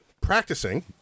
practicing